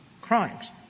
crimes